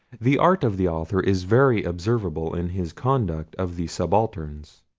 the art of the author is very observable in his conduct of the subalterns.